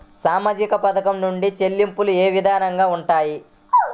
సామాజిక పథకం నుండి చెల్లింపులు ఏ విధంగా ఉంటాయి?